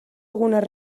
algunes